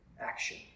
action